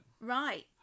Right